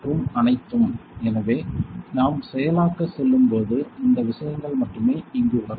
மற்றும் அனைத்தும் எனவே நாம் செயலாக்க செல்லும்போது இந்த விஷயங்கள் மட்டுமே இங்கு வரும்